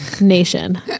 nation